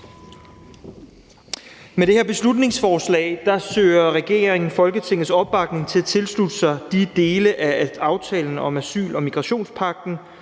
Med det her beslutningsforslag søger regeringen Folketingets opbakning til at tilslutte sig de dele af aftalen om asyl- og migrationspagten,